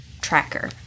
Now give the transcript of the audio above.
tracker